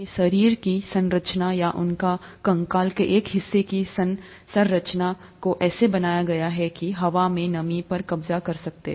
उनके शरीर की संरचना या उनका कंकाल के एक हिस्से की संरचना को ऐसे बनाया गया है कि हवा से नमी पर कब्जा कर सके